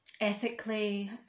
ethically